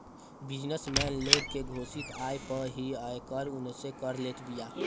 business man लोग के घोषित आय पअ ही आयकर उनसे कर लेत बिया